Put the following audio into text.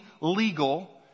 legal